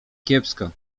kiepsko